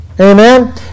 Amen